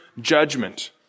judgment